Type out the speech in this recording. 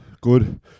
Good